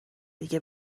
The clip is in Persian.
دیگه